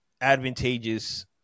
Advantageous